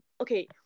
okay